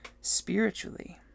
spiritually